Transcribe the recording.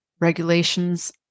regulations